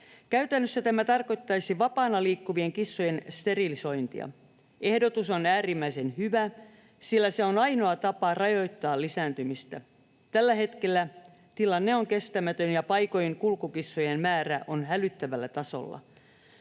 Käytännössä tämä tarkoittaisi vapaana liikkuvien kissojen sterilisointia. Ehdotus on äärimmäisen hyvä, sillä se on ainoa tapa rajoittaa lisääntymistä. Tällä hetkellä tilanne on kestämätön, ja paikoin kulkukissojen määrä on hälyttävällä tasolla.